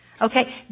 Okay